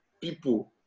people